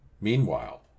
meanwhile